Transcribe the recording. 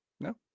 No